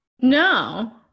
No